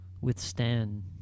withstand